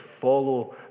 follow